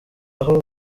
aho